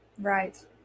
Right